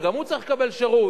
וגם הוא צריך לקבל שירות.